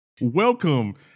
Welcome